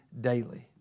daily